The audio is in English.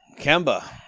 Kemba